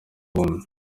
bombi